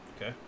Okay